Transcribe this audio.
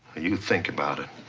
you think about it.